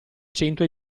cento